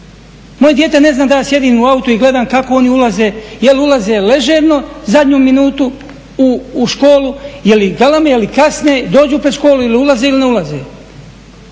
Moje dijete ne zna da ja sjedim u autu i gledam kako oni ulaze, jel ulaze ležerno zadnju minutu u školu, je li galame, je li kasne, dođu pred školu ili ulaze ili ne ulaze.